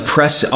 Press